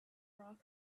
broth